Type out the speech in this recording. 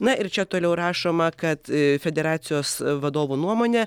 na ir čia toliau rašoma kad federacijos vadovų nuomone